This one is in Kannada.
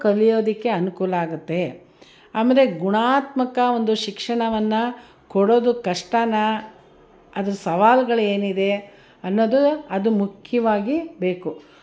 ಕಲಿಯೋದಕ್ಕೆ ಅನುಕೂಲ ಆಗುತ್ತೆ ಆಮೇಲೆ ಗುಣಾತ್ಮಕ ಒಂದು ಶಿಕ್ಷಣವನ್ನು ಕೊಡೋದು ಕಷ್ಟನ ಅದ್ರ ಸವಾಲ್ಗಳು ಏನಿದೆ ಅನ್ನೋದು ಅದು ಮುಖ್ಯವಾಗಿ ಬೇಕು